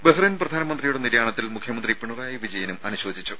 Bahrain പ്രധാനമന്ത്രിയുടെ നിര്യാണത്തിൽ മുഖ്യമന്ത്രി പിണറായി വിജയനും അനുശോചിച്ചു